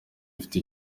ifite